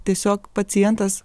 tiesiog pacientas